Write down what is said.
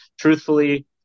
truthfully